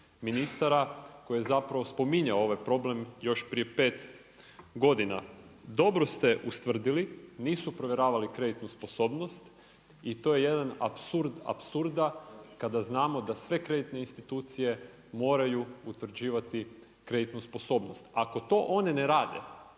ministara koji je spominjao ovaj problem još prije pet godina. Dobro ste ustvrdili, nisu provjeravali kreditnu sposobnost i to je jedan apsurd apsurda kada znamo da sve kreditne institucije moraju utvrđivati kreditnu sposobnost. Ako to one ne rade